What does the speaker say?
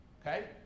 Okay